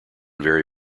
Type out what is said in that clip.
vary